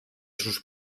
sus